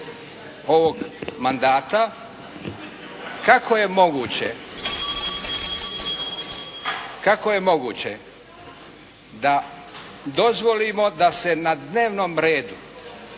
ovog mandata kako je moguće da dozvolimo da se na dnevnom redu